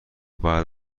بعد